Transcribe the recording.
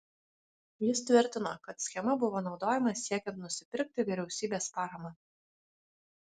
jis tvirtino kad schema buvo naudojama siekiant nusipirkti vyriausybės paramą